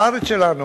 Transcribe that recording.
בארץ שלנו,